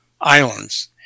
islands